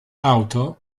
auto